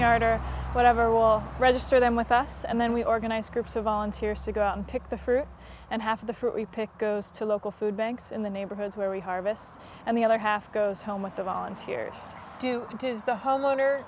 yard or whatever will register them with us and then we organized groups of volunteers to go out and pick the fruit and half of the fruit we pick goes to local food banks in the neighborhoods where we harvest and the other half goes home with the volunteers do it is the homeowner